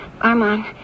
Armand